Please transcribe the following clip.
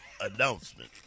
announcement